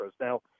Now